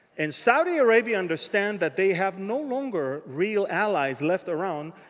and saudi arabia understands that they have no longer real allies left around.